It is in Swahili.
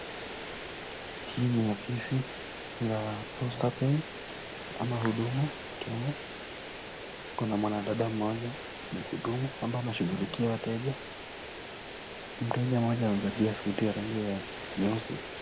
Hii ni afisi ya Posta Pay ama Huduma Kenya. Kuna mwanadada mmoja mhudumu ambaye anashughulikia wateja. Mteja mmoja amevalia suti ya rangi ya nyeusi.